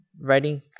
writing